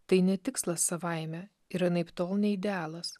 tai ne tikslas savaime ir anaiptol ne idealas